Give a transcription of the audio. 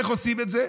איך עושים את זה?